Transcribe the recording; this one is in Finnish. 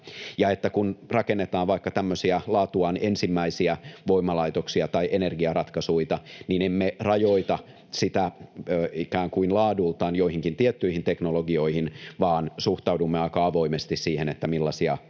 kun rakennetaan vaikka tämmöisiä laatuaan ensimmäisiä voimalaitoksia tai energiaratkaisuita, niin emme rajoita sitä ikään kuin laadultaan joihinkin tiettyihin teknologioihin, vaan suhtaudumme aika avoimesti siihen, millaisia innovaatioita